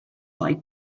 like